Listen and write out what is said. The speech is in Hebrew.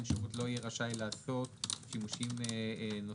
שירות לא יהיה רשאי לעשות שימושים נוספים